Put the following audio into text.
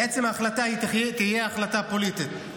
בעצם ההחלטה תהיה החלטה פוליטית,